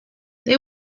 they